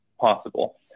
possible